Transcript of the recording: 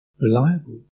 Reliable